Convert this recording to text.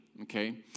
okay